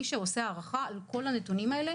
מי שעושה הערכה על כל הנתונים האלה,